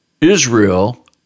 Israel